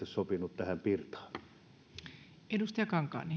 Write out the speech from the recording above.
sopinut tähän pirtaan arvoisa